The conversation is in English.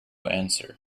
answer